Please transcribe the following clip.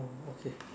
oh okay